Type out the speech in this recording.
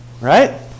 Right